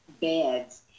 beds